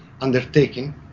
undertaking